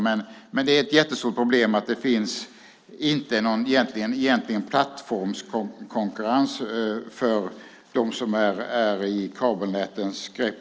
Men det är ett jättestort problem att det egentligen inte finns någon plattformskonkurrens för dem som är i kabelnätens grepp.